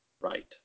right